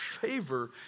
favor